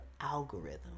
algorithm